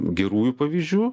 gerųjų pavyzdžių